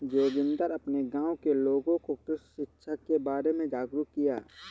जोगिंदर अपने गांव के लोगों को कृषि शिक्षा के बारे में जागरुक किया